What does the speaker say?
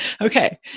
Okay